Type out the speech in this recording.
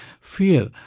fear